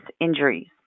injuries